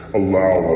allow